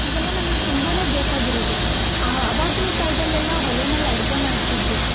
ಇವೆಲ್ಲ ನಮಿಗೆ ತುಂಬಾ ಬೇಕಾಗಿರೋದು ಆ ಅವಾಗಿನ ಕಾಲದಲ್ಲೆಲ್ಲ ಒಲೆನಲ್ ಅಡುಗೆ ಮಾಡ್ತಿದ್ದರು